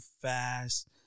fast